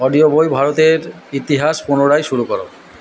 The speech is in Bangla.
অডিও বই ভারতের ইতিহাস পুনরায় শুরু করো